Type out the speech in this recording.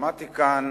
שמעתי כאן